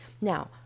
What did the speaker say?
Now